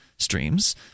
Streams